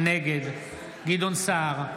נגד גדעון סער,